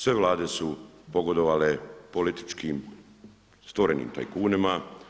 Sve Vlade su pogodovale političkim stvorenim tajkunima.